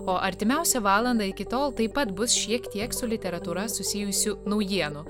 o artimiausią valandą iki tol taip pat bus šiek tiek su literatūra susijusių naujienų